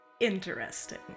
interesting